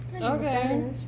Okay